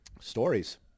Stories